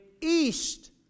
east